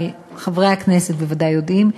אבל חברי הכנסת בוודאי יודעים,